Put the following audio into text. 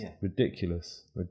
Ridiculous